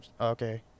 okay